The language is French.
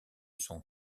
son